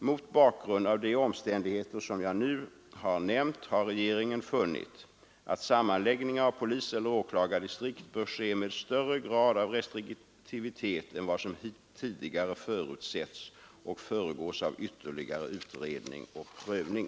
Mot bakgrund av de omständigheter som jag nu nämnt har regeringen funnit att sammanläggningar av poliseller åklagardistrikt bör ske med större grad av restriktivitet än vad som tidigare förutsetts och föregås av ytterligare utredning och prövning.